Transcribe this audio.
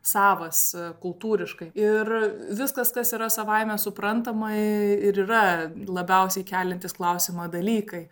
savas kultūriškai ir viskas kas yra savaime suprantama ir yra labiausiai keliantys klausimą dalykai